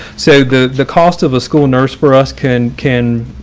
so the the cost of a school nurse for us can can